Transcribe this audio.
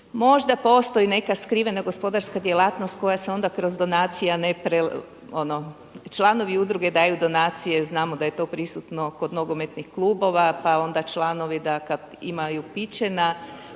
Možda postoji neka skrivena gospodarska djelatnost koja se onda kroz donacije a ne, članovi udruge daju donacije, znamo da je to prisutno kod nogometnih klubova pa onda članovi da kada imaju piće na